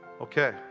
Okay